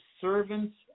servant's